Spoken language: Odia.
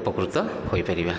ଉପକୃତ ହୋଇପାରିବା